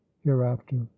hereafter